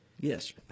Yes